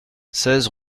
seize